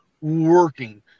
working